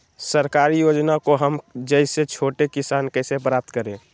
सरकारी योजना को हम जैसे छोटे किसान कैसे प्राप्त करें?